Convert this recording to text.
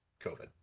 COVID